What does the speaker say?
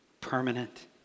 permanent